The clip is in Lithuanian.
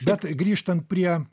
bet grįžtant prie